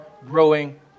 growing